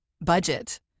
budget